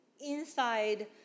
inside